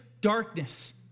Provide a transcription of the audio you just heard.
darkness